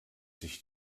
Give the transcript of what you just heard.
sich